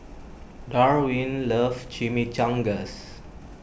Darwin loves Chimichangas